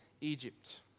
Egypt